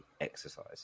exercise